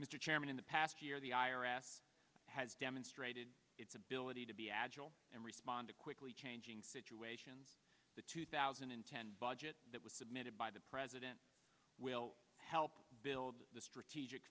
mr chairman in the past year the i r s has demonstrated its ability to be agile and respond to quickly changing situations the two thousand and ten budget that was submitted by the president will help build the strategic